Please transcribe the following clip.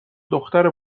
دختر